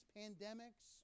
pandemics